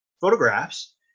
photographs